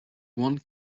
one